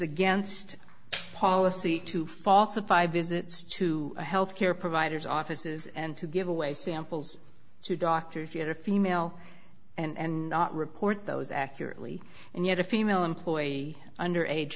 against policy to falsify visits to health care providers offices and to give away samples to doctors you are female and not report those accurately and yet a female employee under age